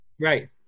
Right